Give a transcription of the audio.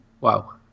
Wow